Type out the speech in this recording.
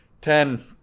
Ten